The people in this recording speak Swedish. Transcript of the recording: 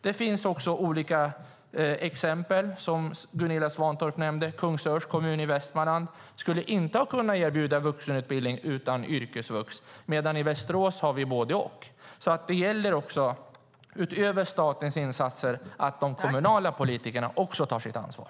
Det finns olika exempel som Gunilla Svantorp också nämnde. Kungsörs kommun i Västmanland skulle inte ha kunnat erbjuda vuxenutbildning utan yrkesvux medan vi i Västerås har både och. Det gäller, utöver statens insatser, att de kommunala politikerna tar sitt ansvar.